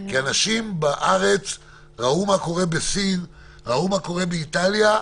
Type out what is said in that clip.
שבו הרצון שלי הוא לתת לוועדת החוקה לדון בעיקר במסגרת,